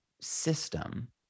system